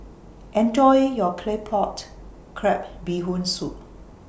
Enjoy your Claypot Crab Bee Hoon Soup